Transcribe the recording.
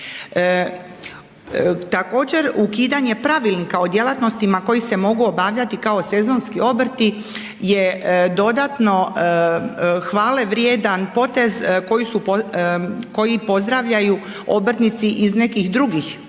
Također ukidanje Pravilnika o djelatnostima koje se mogu obavljati kao sezonski obrti je dodano hvale vrijedan potez koji pozdravljaju obrtnici iz nekih drugih